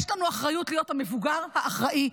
יש לנו האחריות להיות המבוגר האחראי,